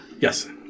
Yes